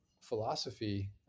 philosophy